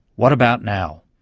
what about now?